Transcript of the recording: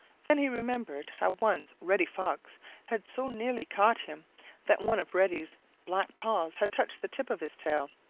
then he remembered how once reddy fox had so nearly caught him that one of reddy's black paws had touched the tip of his tail.